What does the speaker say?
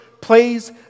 plays